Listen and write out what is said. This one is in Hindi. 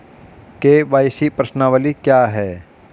के.वाई.सी प्रश्नावली क्या है?